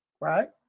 right